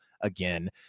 again